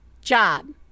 job